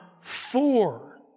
four